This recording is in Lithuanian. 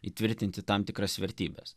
įtvirtinti tam tikras vertybes